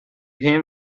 him